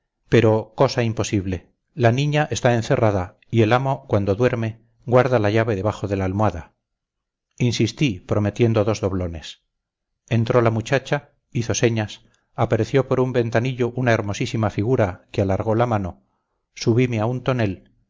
pero cosa imposible la niña está encerrada y el amo cuando duerme guarda la llave debajo de la almohada insistí prometiendo dos doblones entró la muchacha hizo señas apareció por un ventanillo una hermosísima figura que alargó la mano subime a un tonel